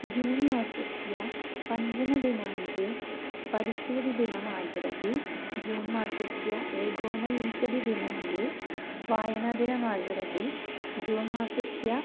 जून्मासस्य पञ्जमदिनाङ्के परिस्थितिदिनमाचरति जून्मासस्य एकोनविंशतिदिनाङ्के वायनदिनम् आचरति जून्मासस्य